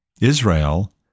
Israel